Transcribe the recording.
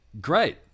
Great